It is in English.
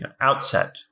outset